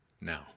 now